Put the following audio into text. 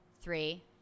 three